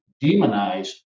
demonized